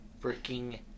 Freaking